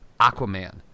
Aquaman